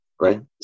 right